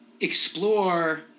explore